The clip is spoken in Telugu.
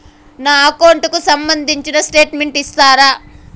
నా అకౌంట్ కు సంబంధించిన స్టేట్మెంట్స్ ఇస్తారా